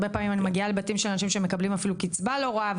הרבה פעמים אני מגיעה לבתים של אנשים שמקבלים אפילו קצבה לא רעה,